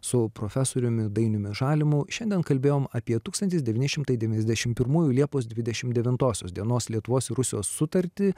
su profesoriumi dainiumi žalimu šiandien kalbėjom apie tūkstantis devyni šimtai devyniasdešimt pirmųjų liepos dvidešimt devintosios dienos lietuvos ir rusijos sutartį